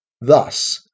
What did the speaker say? thus